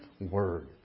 word